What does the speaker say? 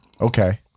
Okay